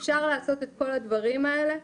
אפשר לעשות את כל הדברים האלה,